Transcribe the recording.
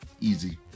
Easy